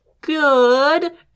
good